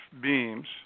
beams